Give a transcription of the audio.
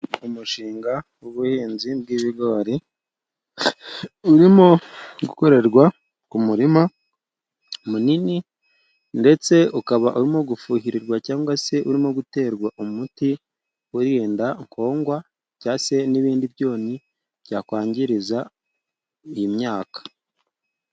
Umushinga w'ubuhinzi bw'ibigori urimo gukorerwa ku muririma munini ndetse ukaba urimo gufuhirirwa cyangwa se urimo guterwa umuti urinda nkogwa, cyangwa se n'ibindi byonyi byakwangiriza iyi myaka.